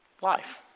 life